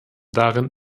darin